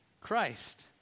Christ